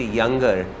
younger